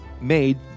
made